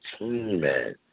man